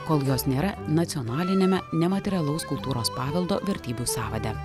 kol jos nėra nacionaliniame nematerialaus kultūros paveldo vertybių sąvade